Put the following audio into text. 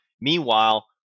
Meanwhile